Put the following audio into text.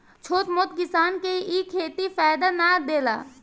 छोट मोट किसान के इ खेती फायदा ना देला